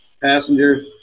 passenger